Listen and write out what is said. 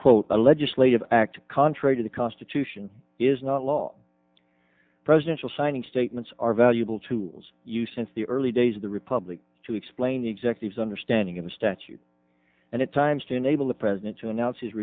quote a legislative act contrary to the constitution is not law presidential signing statements are valuable tools used since the early days of the republic to explain the executives understanding of the statute and its times to enable the president to announce his